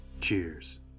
cheers